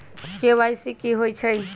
KYC कि होई छई?